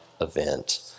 event